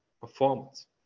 performance